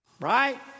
Right